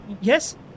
Yes